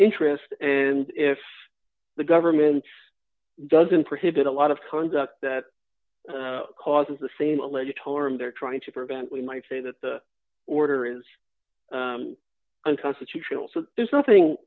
interest and if the government doesn't prohibit a lot of conduct that causes the same alleged harm they're trying to prevent we might say that the order is unconstitutional so there's nothing